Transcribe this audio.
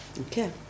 Okay